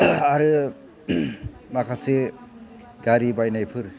आरो माखासे गारि बायनायफोर